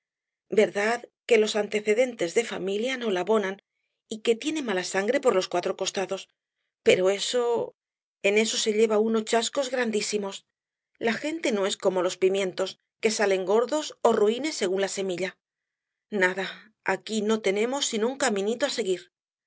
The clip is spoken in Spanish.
verdad que los antecedentes de familia no la abonan y que tiene mala sangre por los cuatro costados pero eso en eso se lleva uno chascos grandísimos la gente no es como los pimientos que salen gordos ó ruines según la semilla nada aquí no tenemos sino un caminito que seguir